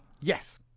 Yes